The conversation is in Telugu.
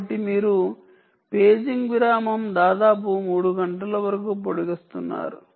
కాబట్టి మీరు పేజింగ్ విరామం దాదాపు 3 గంటల వరకు పొడిగిస్తున్నారు